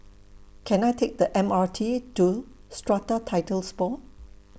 Can I Take The M R T to Strata Titles Board